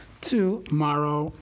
tomorrow